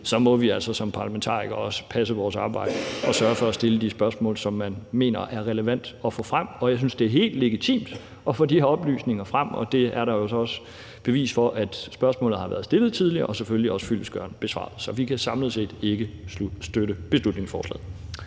Så må vi altså som parlamentarikere også passe vores arbejde og sørge for at stille de spørgsmål, som vi mener er relevante at få frem. Jeg synes, det er helt legitimt at få de her oplysninger frem, og der er jo så også bevis for, at spørgsmålet har været stillet tidligere og selvfølgelig også er blevet fyldestgørende besvaret. Så vi kan samlet set ikke støtte beslutningsforslaget.